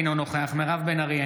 אינו נוכח מירב בן ארי,